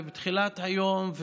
בתחילת היום,